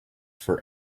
for